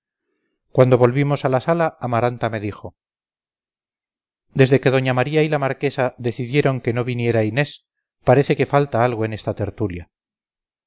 cuando volvimos a la sala amaranta me dijo desde que doña maría y la marquesa decidieron que no viniera inés parece que falta algo en esta tertulia